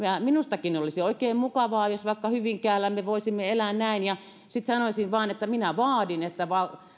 minustakin olisi oikein mukavaa jos vaikka hyvinkäällä me voisimme elää näin ja sitten sanoisin vain että minä vaadin että